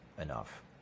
enough